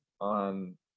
on